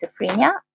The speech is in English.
schizophrenia